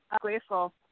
grateful